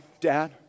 dad